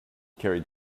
carried